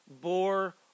bore